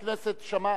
חבר הכנסת שאמה.